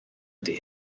ydy